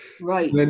Right